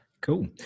Cool